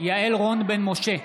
יעל רון בן משה,